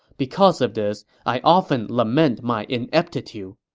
because of this, i often lament my ineptitude.